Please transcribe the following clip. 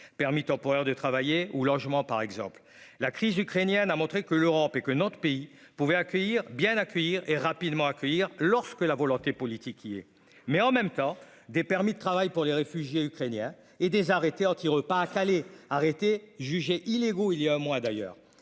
permis temporaires de travailler ou logement par exemple la crise ukrainienne a montré que l'Europe et que notre pays pouvait accueillir bien accueillir et rapidement accueillir lorsque la volonté politique est mais en même temps des permis de travail pour les réfugiés ukrainiens et des arrêtés anti-repas à Calais arrêtés, jugés illégaux, il y a un mois, d'ailleurs,